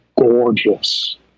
gorgeous